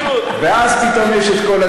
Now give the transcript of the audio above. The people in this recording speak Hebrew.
הוא מפריח את הבלונים במהירות.